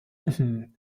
sie